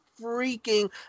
freaking